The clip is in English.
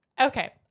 okay